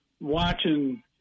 watching